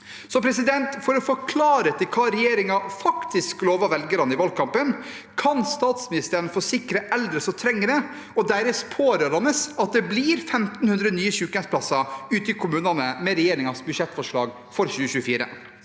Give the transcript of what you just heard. sykehjemsplasser. For å få klarhet i hva regjeringen faktisk lovde velgerne i valgkampen, kan statsministeren forsikre de eldre som trenger det, og deres pårørende, om at det blir 1 500 nye sykehjemsplasser ute i kommunene med regjeringens budsjettforslag for 2024?